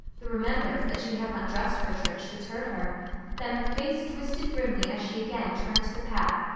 the remembrance that she had not dressed for church deterred her then her face twisted grimly as she again turned to the path,